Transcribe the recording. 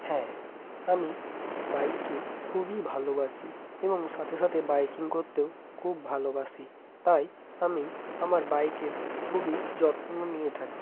হ্যাঁ আমি বাইককে খুবই ভালোবাসি এবং সাথে সাথে বাইকিং করতেও খুব ভালোবাসি তাই আমি আমার বাইকের খুবই যত্ন নিয়ে থাকি